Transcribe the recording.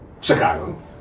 Chicago